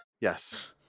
Yes